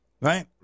right